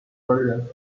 versions